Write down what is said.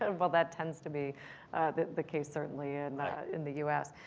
and well, that tends to be the the case certainly and in the u s.